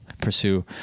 pursue